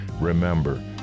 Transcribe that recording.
Remember